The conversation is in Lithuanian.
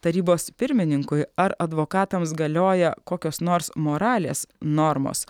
tarybos pirmininkui ar advokatams galioja kokios nors moralės normos